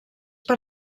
per